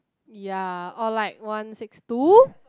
ya or like one six two